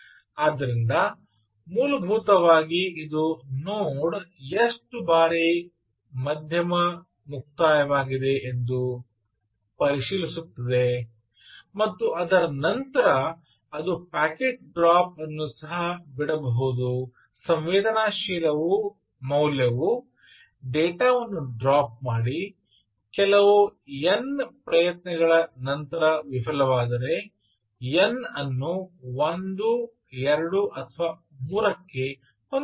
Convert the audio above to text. ಆದ್ದರಿಂದ ಮೂಲಭೂತವಾಗಿ ಇದು ನೋಡ್ ಎಷ್ಟು ಬಾರಿ ಮಧ್ಯಮ ಮುಕ್ತವಾಗಿದೆ ಎಂದು ಪರಿಶೀಲಿಸುತ್ತದೆ ಮತ್ತು ಅದರ ನಂತರ ಅದು ಪ್ಯಾಕೆಟ್ ಡ್ರಾಪ್ ಅನ್ನು ಸಹ ಬಿಡಬಹುದು ಸಂವೇದನಾಶೀಲ ಮೌಲ್ಯವು ಡೇಟಾ ವನ್ನು ಡ್ರಾಪ್ ಮಾಡಿ ಕೆಲವು n ಪ್ರಯತ್ನಗಳ ನಂತರ ವಿಫಲವಾದರೆ n ಅನ್ನು 1 2 ಅಥವಾ 3 ಕ್ಕೆ ಹೊಂದಿಸಬಹುದು